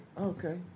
okay